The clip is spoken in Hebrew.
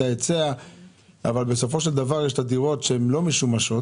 ההיצע אבל בסופו של דבר יש את הדירות שהן לא שמישות